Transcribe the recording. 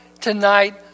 tonight